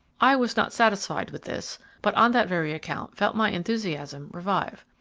i was not satisfied with this but on that very account felt my enthusiasm revive.